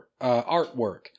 artwork